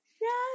yes